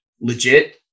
legit